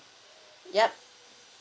yup